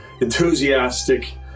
enthusiastic